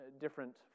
different